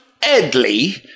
Edley